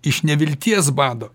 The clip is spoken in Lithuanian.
iš nevilties bado